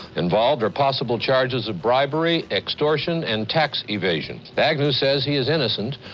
involved are possible charges of bribery, extortion, and tax evasion. agnew says he is innocent,